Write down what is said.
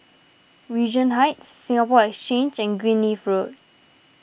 Regent Heights Singapore Exchange and Greenleaf Road